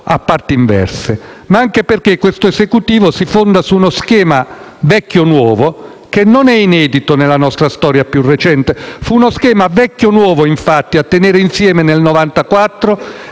a parti inverse. Ma anche perché questo Esecutivo si fonda su uno schema vecchio-nuovo che non è inedito nella nostra storia più recente. Fu infatti uno schema vecchio-nuovo a tenere insieme nel 1994